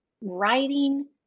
writing